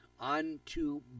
unto